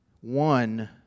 one